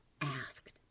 asked